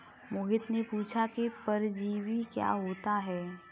मोहित ने पूछा कि परजीवी क्या होता है?